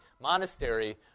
monastery